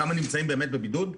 כמה נמצאים בבידוד,